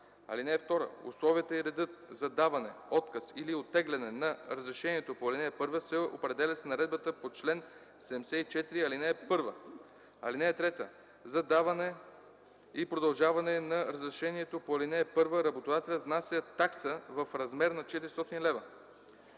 (2) Условията и редът за даване, отказ или оттегляне на разрешението по ал. 1 се определят с наредбата по чл. 74, ал. 1. (3) За даване и продължаване на разрешението по ал. 1 работодателят внася такса в размер на 400 лв.